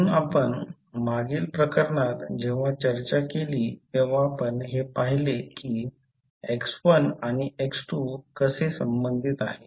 म्हणून आपण मागील प्रकरणात जेव्हा चर्चा केली तेव्हा आपण हे पहिले की x1 आणि x2 कसे संबंधित आहे